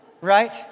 Right